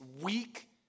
weak